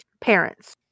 Parents